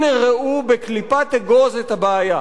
הנה, ראו בקליפת אגוז את הבעיה: